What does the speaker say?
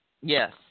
Yes